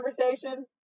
conversation